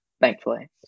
thankfully